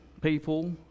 people